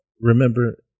remember